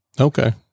Okay